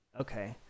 Okay